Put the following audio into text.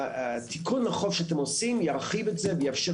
התיקון לחוק שאתם עושים ירחיב את זה ויאפשר